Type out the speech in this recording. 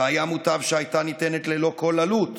והיה מוטב שהייתה ניתנת ללא כל עלות,